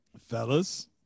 fellas